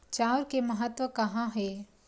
चांउर के महत्व कहां हे?